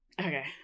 Okay